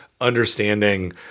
understanding